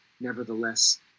nevertheless